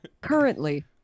Currently